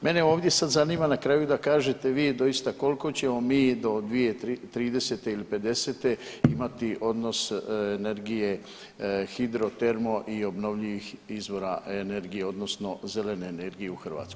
Mene ovdje sad zanima na kraju da kažete vi doista koliko ćemo mi do 2030.-te ili '50.-te imati odnos energije hidro, termo i obnovljivih izvora energije odnosno zelene energije u Hrvatskoj.